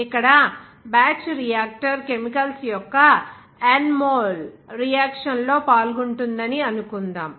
ఇక్కడ batch reactor chemicals యొక్క N mole reaction లో పాల్గొంటుందని అనుకుందాం